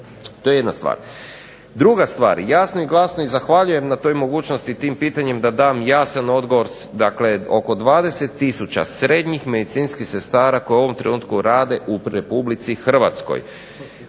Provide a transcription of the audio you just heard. To je jedna stvar. Druga stvar, jasno i glasno i zahvaljujem na toj mogućnosti tim pitanjem da dam jasan odgovor dakle oko 20 tisuća srednjih medicinskih sestara koje u ovom trenutku rade u Republici Hrvatskoj,